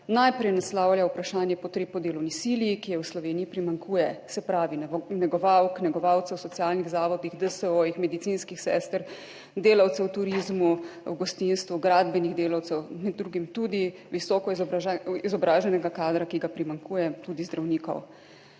najprej naslavlja vprašanje potreb po delovni sili, ki je v Sloveniji primanjkuje. Se pravi negovalk, negovalcev, socialnih zavodih, DSO-jih, medicinskih sester, delavcev v turizmu, v gostinstvu, gradbenih delavcev, med drugim tudi visoko izobraženega kadra, ki ga primanjkuje, tudi zdravnikov.